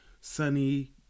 sunny